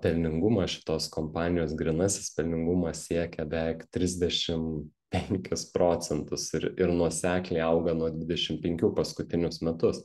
pelningumas šitos kompanijos grynasis pelningumas siekia beveik trisdešim penkis procentus ir ir nuosekliai auga nuo dvidešim penkių paskutinius metus